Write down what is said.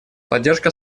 поддержка